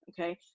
okay